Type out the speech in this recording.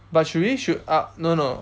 but should we should uh no no